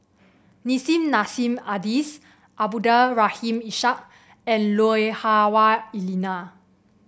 Nissim Nassim Adis Abdul Rahim Ishak and Lui Hah Wah Elena